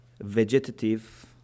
vegetative